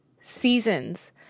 seasons